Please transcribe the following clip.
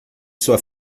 sua